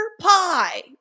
pie